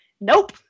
nope